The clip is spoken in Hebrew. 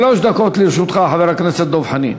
שלוש דקות לרשותך, חבר הכנסת דב חנין.